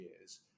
years